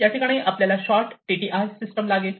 या ठिकाणी आपल्याला शॉर्ट TTI सिस्टम लागेल